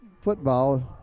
football